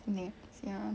something ya